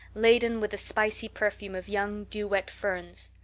laden with the spicy perfume of young dew-wet ferns.